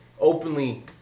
Openly